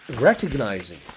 recognizing